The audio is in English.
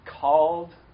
called